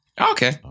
Okay